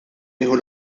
nieħu